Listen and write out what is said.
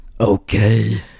Okay